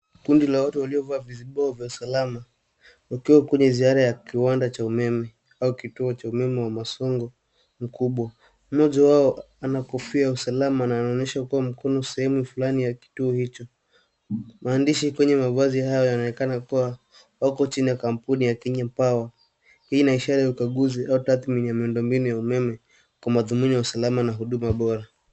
Kundi la watu walio vaa vizibio vya usalama wakiwa kwenye ziara ya kiwanda cha umeme au kituo cha umeme wa masongo mkubwa. Mmoja wao ana kofia ya usalama na anaonyesha kwa mkono sehemu fulani ya kituo hicho. Maandishi kwenye mavazi hayo yanaonekana kuwa wako chini ya kampuni ya Kenya Power hii ni ishara ya ukaguzi au tathmini ya miundo mbinu ya umeme kwa mathumuni na usalama na huduma bora.